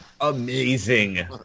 amazing